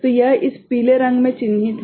तो यह इस पीले रंग में चिह्नित है